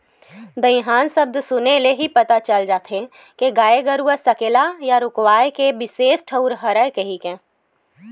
दईहान सब्द सुने ले ही पता चल जाथे के गाय गरूवा सकेला या रूकवाए के बिसेस ठउर हरय कहिके